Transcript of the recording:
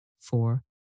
four